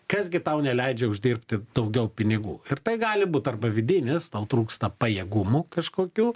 kas gi tau neleidžia uždirbti daugiau pinigų ir tai gali būt arba vidinis tau trūksta pajėgumų kažkokių